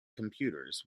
computers